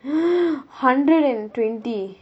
hundred and twenty